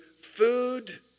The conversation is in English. Food